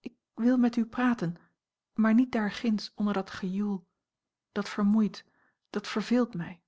ik wil met u praten maar niet daar ginds onder dat gejoel dat vermoeit dat verveelt mij